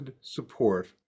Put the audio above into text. support